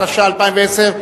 התש"ע 2010,